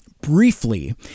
briefly